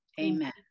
Amen